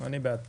אני בעד.